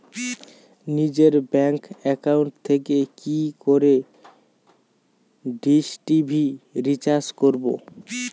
নিজের bank account থেকে কি করে ডিশ টি.ভি রিচার্জ করবো?